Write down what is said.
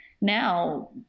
now